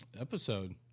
episode